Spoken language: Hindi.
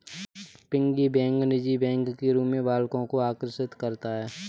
पिग्गी बैंक निजी बैंक के रूप में बालकों को आकर्षित करता है